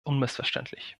unmissverständlich